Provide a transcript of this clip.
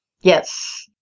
Yes